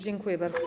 Dziękuję bardzo.